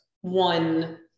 one